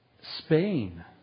Spain